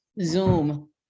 Zoom